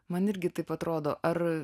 man irgi taip atrodo ar